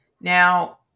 Now